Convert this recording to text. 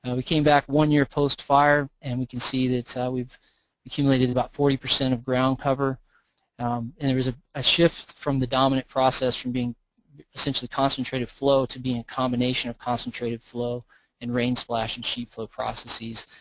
we came back one year post fire and we can see that we've accumulated about forty percent of ground cover and there was a a shift from the dominant process from being essentially concentrated flow to being a combination of concentrated flow and rain splash and sheet flow processes,